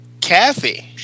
Kathy